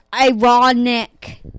ironic